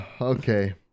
okay